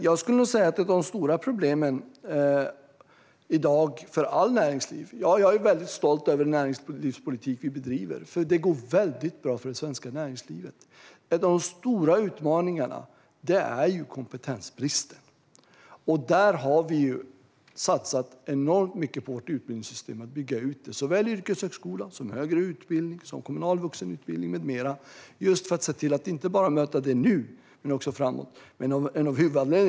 Jag är väldigt stolt över den näringslivspolitik vi bedriver. Det går väldigt bra för det svenska näringslivet. En av de stora utmaningarna är kompetensbristen. Där har vi satsat enormt mycket på att bygga ut vårt utbildningssystem. Det gäller såväl yrkeshögskola som högre utbildning, kommunal vuxenutbildning med mera för att se till att möta efterfrågan inte bara nu utan också framåt. Herr talman!